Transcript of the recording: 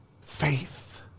faith